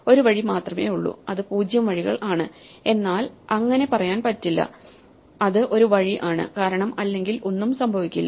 ഒരു വഴി മാത്രമേ ഉള്ളു അത് 0 വഴികൾ ആണ് എന്നാൽ അങ്ങിനെ പറയാൻ പറ്റില്ല അത് ഒരു വഴി ആണ് കാരണം അല്ലെങ്കിൽ ഒന്നും സംഭവിക്കില്ല